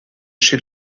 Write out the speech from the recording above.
chez